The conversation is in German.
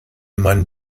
man